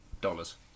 dollars